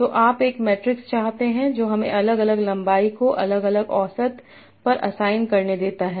तो आप एक मैट्रिक्स चाहते हैं जो हमें अलग अलग लंबाई को अलग अलग औसत पर असाइन करने देता है